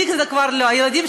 אה, אכפת לנו?